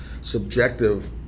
subjective